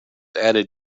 added